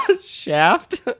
Shaft